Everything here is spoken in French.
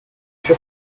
sûr